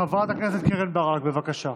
חברת הכנסת קרן ברק, בבקשה.